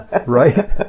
right